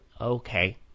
okay